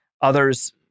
Others